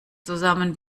zusammen